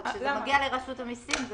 כשזה מגיע לרשות המיסים,